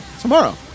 tomorrow